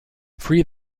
free